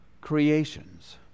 creations